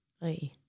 Right